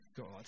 God